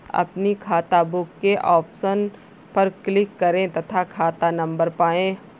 अपनी खाताबुक के ऑप्शन पर क्लिक करें तथा खाता नंबर पाएं